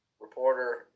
reporter